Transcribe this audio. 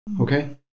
Okay